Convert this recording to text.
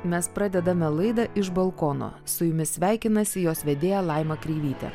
mes pradedame laidą iš balkono su jumis sveikinasi jos vedėja laima kreivytė